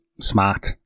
smart